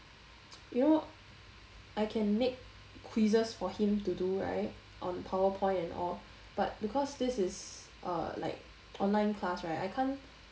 you know I can make quizzes for him to do right on powerpoint and all but because this is uh like online class right I can't